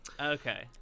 Okay